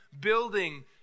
building